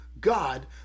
God